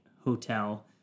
hotel